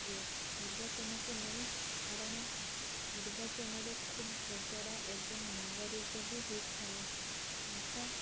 ହୁଏ ନିର୍ବାଚନକୁ ନେଇ କାରଣ ନିର୍ବାଚନରେ ଖୁବ୍ ଝଗଡ଼ା ଏବଂ ଭଙ୍ଗାରୁଜା ବି ହୋଇଥାଏ ଟଙ୍କା